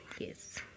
yes